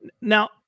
now